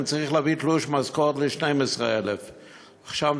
אני צריך להביא תלוש משכורת של 12,000. עכשיו,